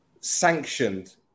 sanctioned